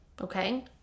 okay